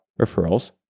referrals